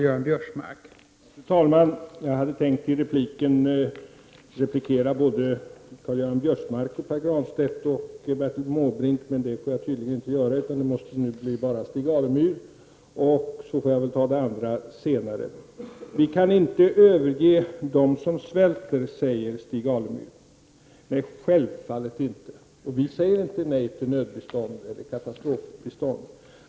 Fru talman! Jag hade tänkt replikera också Karl-Göran Biörsmark, Pär Granstedt och Bertil Måbrink, men det får jag tydligen inte göra, utan bara Stig Alemyr. Då får jag väl ta de andra senare. Vi kan inte överge dem som svälter, säger Stig Alemyr. Nej, självfallet inte. Och vi säger inte nej till nödbistånd eller katastrofbistånd.